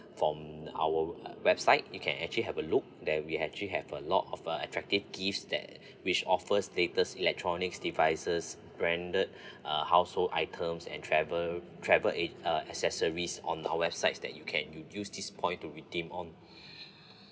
from our website you can actually have a look there we actually have a lot of uh attractive gifts that which offers latest electronics devices branded uh household items and travel travel agent uh accessories on our website that you can you use this points to redeem on